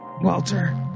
Walter